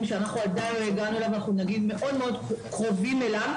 שאנחנו עדיין לא הגענו אליו אבל מאוד מאוד קרובים אליו.